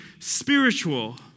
Spiritual